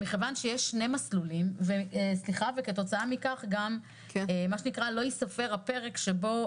מכיוון שיש שני מסלולים וכתוצאה מכך גם לא ייספר פרק הזמן שבו